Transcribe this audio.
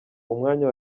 umwanya